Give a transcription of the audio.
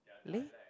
really